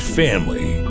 family